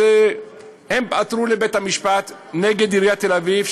הם עתרו לבית-המשפט נגד עיריית תל-אביב,